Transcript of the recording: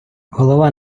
голова